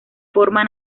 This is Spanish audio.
forma